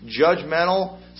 judgmental